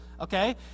okay